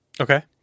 Okay